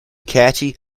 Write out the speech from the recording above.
catchy